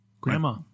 grandma